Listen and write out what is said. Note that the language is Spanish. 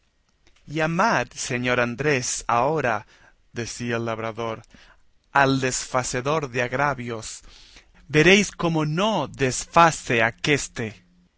llamad señor andrés ahora decía el labrador al desfacedor de agravios veréis cómo no desface aquéste